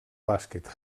bàsquet